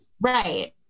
right